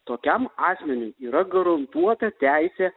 tokiam asmeniui yra garantuota teisė